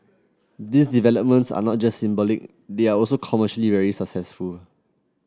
these developments are not just symbolic they are also commercially very successful